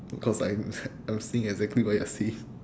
cause like I'm seeing exactly what you're seeing